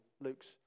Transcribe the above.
Luke's